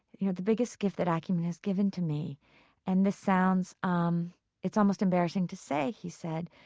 you know, the biggest gift that acumen has given to me and this sounds um it's almost embarrassing to say, he said,